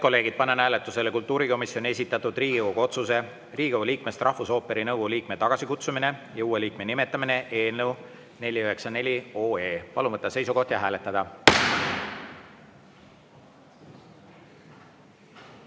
kolleegid, panen hääletusele kultuurikomisjoni esitatud Riigikogu otsuse "Riigikogu liikmest rahvusooperi nõukogu liikme tagasikutsumine ja uue liikme nimetamine" eelnõu 494. Palun võtta seisukoht ja hääletada!